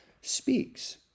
speaks